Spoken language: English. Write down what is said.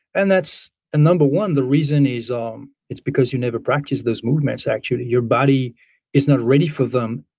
and that's number one the reason is um it's because you never practice those movements actually. your body is not ready for them.